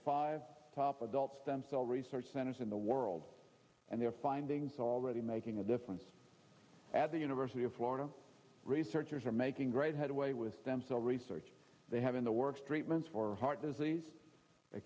five top adult stem cell research centers in the world and their findings are already making a difference at the university of florida researchers are making great headway with them so research they have in the works treatments for heart disease a